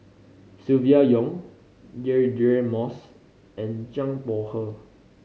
Silvia Yong Deirdre Moss and Zhang Bohe